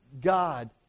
God